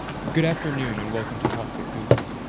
good afternoon, and welcome to talks at google.